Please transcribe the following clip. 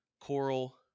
Coral